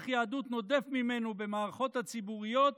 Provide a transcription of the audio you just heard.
יהדות נודף ממנו במערכות הציבוריות